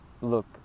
Look